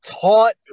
taught